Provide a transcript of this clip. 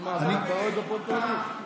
גם אתה אוהד הפועל תל אביב?